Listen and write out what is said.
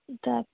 তাক